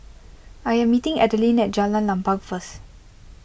I am meeting Adelyn at Jalan Lapang first